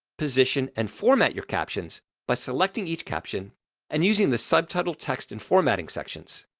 position, and format your captions by selecting each caption and using the subtitle text and formatting sections.